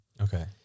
Okay